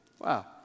wow